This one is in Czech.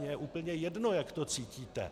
Mně je úplně jedno, jak to cítíte.